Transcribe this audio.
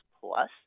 plus